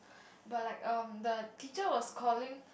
but like um the teacher was calling